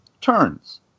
turns